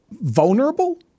vulnerable